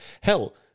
hell